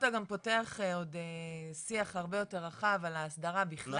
אתה גם פותח עוד שיח הרבה יותר רחב על ההסדרה בכלל.